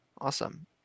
Awesome